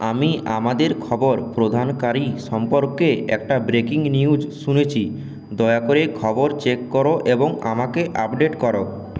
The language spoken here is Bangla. আমি আমাদের খবর প্রদানকারী সম্পর্কে একটা ব্রেকিং নিউজ শুনেছি দয়া করে খবর চেক করো এবং আমাকে আপডেট করো